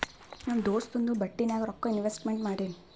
ನಮ್ ದೋಸ್ತುಂದು ಬಟ್ಟಿ ನಾಗ್ ರೊಕ್ಕಾ ಇನ್ವೆಸ್ಟ್ಮೆಂಟ್ ಮಾಡಿನಿ